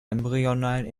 embryonalen